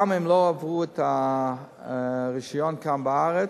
גם אם הם לא עברו את הרשיון כאן בארץ,